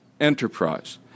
enterprise